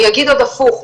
אני אגיד הפוך,